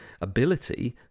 ability